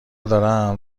دارم